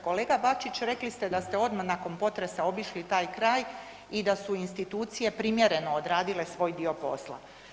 Kolega Bačiću rekli ste da ste odmah nakon potresa obišli taj kraj i da su institucije primjereno odradile svoj dio posla.